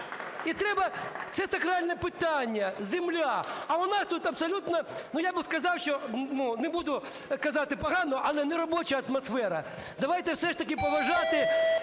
І треба… Це сакральне питання – земля! А у нас тут абсолютно… ну, я би сказав, що… не буду казати погано, але неробоча атмосфера. Давайте все ж таки поважати.